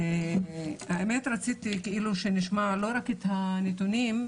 האמת רציתי שנשמע לא רק את הנתונים,